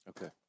Okay